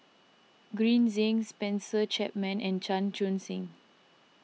Green Zeng Spencer Chapman and Chan Chun Sing